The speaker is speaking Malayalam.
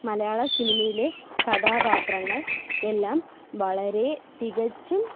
മലയാള സിനിമയിലെ കഥാപാത്രങ്ങൾ എല്ലാം വളരെ തികച്ചും